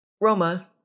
Roma